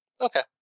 Okay